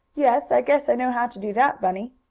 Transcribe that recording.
yes, i guess i know how to do that, bunny.